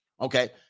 okay